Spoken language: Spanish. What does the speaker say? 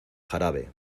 jarabe